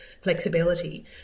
flexibility